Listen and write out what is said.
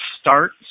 start